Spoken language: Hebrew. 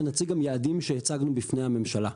ונציג גם יעדים שהצגנו בפני הממשלה.